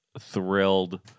Thrilled